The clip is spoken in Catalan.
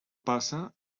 passa